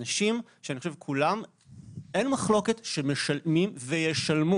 אלה אנשים שאין מחלוקת שהם משלמים וישלמו